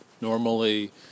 Normally